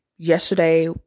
Yesterday